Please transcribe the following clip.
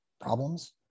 problems